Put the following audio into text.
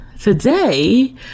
today